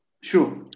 Sure